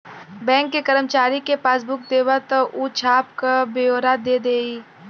bank के करमचारी के पासबुक देबा त ऊ छाप क बेओरा दे देई